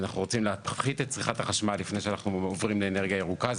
אנחנו רוצים להפחית את צריכת החשמל לפני שאנחנו עוברים לאנרגיה ירוקה.